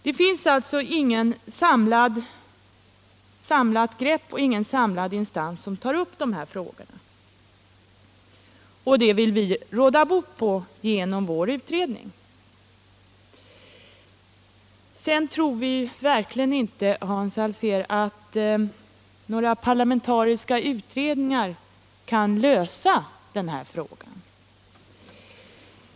Det finns alltså inget samlat grepp och ingen samlad instans som: tar upp de här frågorna. Det vill vi råda bot på genom vår utredning. Men, herr Alsén, vi tror verkligen inte att några parlamentariska utredningar kan lösa frågan.